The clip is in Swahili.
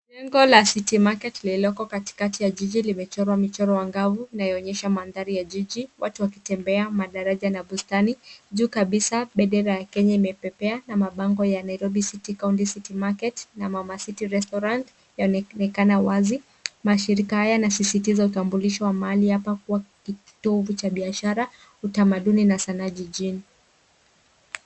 Jengo la City Market lililoko katikati ya Jiji limechorwa michoro wa ang'avu inayoonyesha mandhari ya jiji, watu wakitembea, madaraja na bustani. Juu kabisa, bendera ya Kenya imepepea na mabango ya Nairobi City County City Market na Mama City Restaurant yanaonekana wazi. Mashirika haya yanasisitiza utambulisho wa mahali hapa kuwa kituo cha biashara, utamaduni na sanaa jijini.